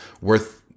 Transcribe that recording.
worth